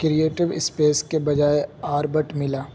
creative space کے بجائے orbit ملا